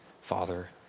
Father